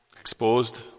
Exposed